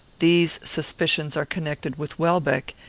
these suspicions are connected with welbeck,